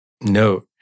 note